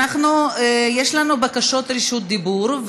יש לנו בקשות רשות דיבור,